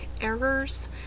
errors